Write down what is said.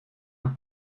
een